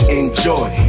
enjoy